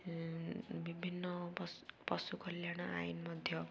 ବିଭିନ୍ନ ପଶ ପଶୁ କଲ୍ୟାଣ ଆଇନ ମଧ୍ୟ